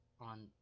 on